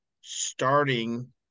starting